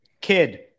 Kid